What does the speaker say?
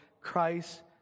Christ